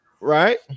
right